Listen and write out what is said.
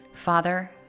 Father